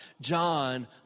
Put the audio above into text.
John